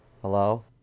hello